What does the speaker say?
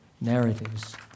narratives